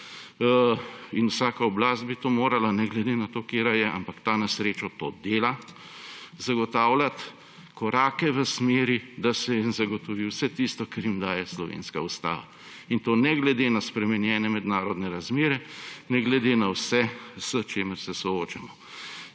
… Vsaka oblast bi to morala ne glede na to, katera je, ampak ta na srečo to dela, zagotavljati korake v smeri, da se jim zagotovi vse tisto, kar jim daje slovenske ustava. In to ne glede na spremenjene mednarodne razmere, ne glede na vse, s čimer se soočamo.